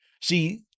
See